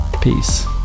peace